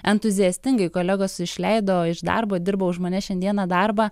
entuziastingai kolegos išleido iš darbo dirbo už mane šiandieną darbą